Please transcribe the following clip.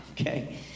Okay